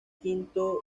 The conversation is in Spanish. quinto